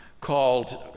called